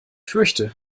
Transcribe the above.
fürchte